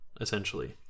essentially